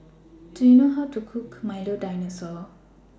Do YOU know How to Cook Milo Dinosaur